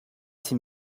six